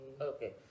Okay